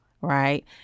right